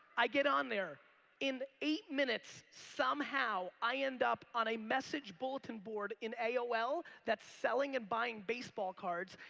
i get on there in eight minutes somehow i end up on a message bulletin board in aol that's selling and buying baseball cards.